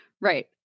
Right